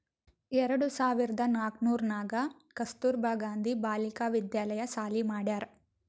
ಎರಡು ಸಾವಿರ್ದ ನಾಕೂರ್ನಾಗ್ ಕಸ್ತೂರ್ಬಾ ಗಾಂಧಿ ಬಾಲಿಕಾ ವಿದ್ಯಾಲಯ ಸಾಲಿ ಮಾಡ್ಯಾರ್